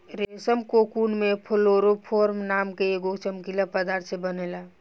रेशम कोकून में फ्लोरोफोर नाम के एगो चमकीला पदार्थ से बनेला